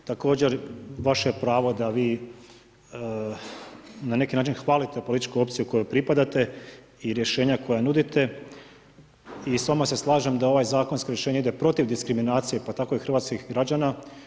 Također vaše je pravo da vi na neki način hvalite političku opciju kojoj pripadate i rješenja koja nudite i s vama se slažem da ovaj zakonsko rješenje ide protiv diskriminacije, pa tako i hrvatskih građana.